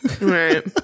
right